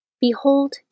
Behold